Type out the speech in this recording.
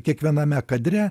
kiekviename kadre